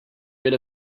rid